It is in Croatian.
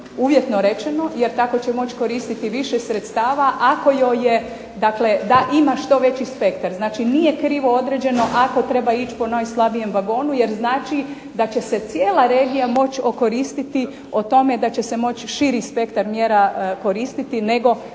uvjetno rečeno, jer tako će moći koristiti više sredstava ako joj je, dakle da ima što veći spektar. Znači nije krivo određeno ako treba ići po najslabijem vagonu, jer znači da će se cijela regija moći okoristiti o tome, da će se moći širi spektar mjera okoristiti nego